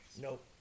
Nope